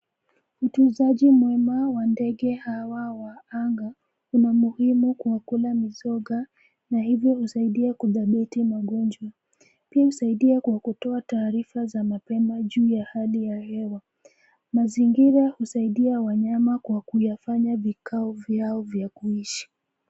Utunzaji mwema wa ndege hawa wa anga una umuhimu kwa kula mizoga na hivyo husaidia kudhibiti magonjwa. Pia husaidia kwa kutoa taarifa za mapema juu ya hali ya hewa. Mazingira husaidia wanyama kwa kuyafanya vikao vyao vya kuishi.